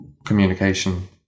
Communication